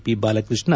P Balakrishna